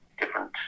different